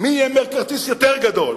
מי יהיה מקארתיסט יותר גדול.